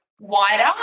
wider